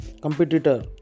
competitor